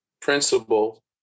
principle